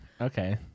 Okay